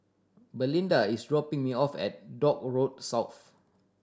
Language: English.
Belinda is dropping me off at Dock Road South